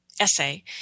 essay